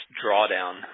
drawdown